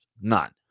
None